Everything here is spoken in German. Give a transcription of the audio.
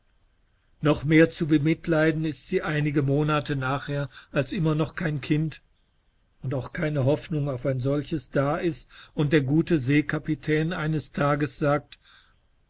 war sehr zu bemitleiden antwortete sie indem sie behutsamdiehanddesknabenanihrelippendrückte danndenkeichfürmeinepersondiesauch sagteonkeljoseph zubemitleiden ja nochmehrzubemitleidenistsieeinigemonatenachher alsimmernochkeinkind und auch keine hoffnung auf ein solches da ist und der gute seekapitän eines tages sagt